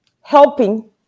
helping